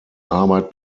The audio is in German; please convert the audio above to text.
arbeit